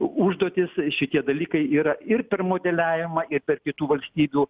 u užduotys šitie dalykai yra ir per modeliavimą ir per kitų valstybių